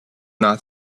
not